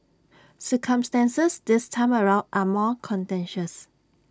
circumstances this time around are more contentious